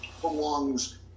belongs